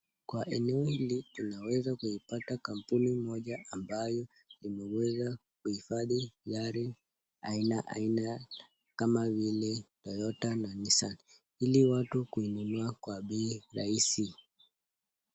Kwa ene hili tunaweza kuipata kampuni moja ambayo imeweza kuhifadhi gari aina aina kama vile toyota na nissan ili watu kuinunua kwa bei rahisi.